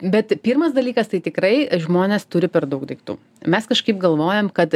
bet pirmas dalykas tai tikrai žmonės turi per daug daiktų mes kažkaip galvojam kad